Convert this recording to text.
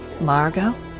Margot